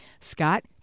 Scott